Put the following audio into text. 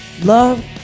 Love